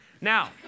Now